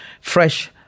fresh